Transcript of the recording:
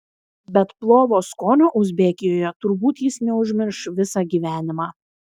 bet plovo skonio uzbekijoje turbūt jis neužmirš visą gyvenimą